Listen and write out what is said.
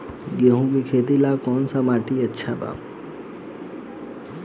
गेहूं के खेती ला कौन माटी अच्छा बा?